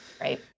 Right